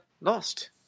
lost